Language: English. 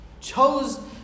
Chose